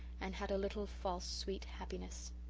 and had a little false, sweet happiness.